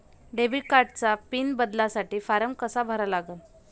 Debit कार्डचा pin बदलासाठी form कसा भरा लागन?